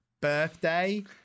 birthday